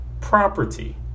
property